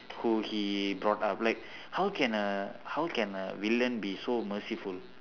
who he brought up like how can a how can a villain be so merciful